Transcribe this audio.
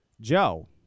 Joe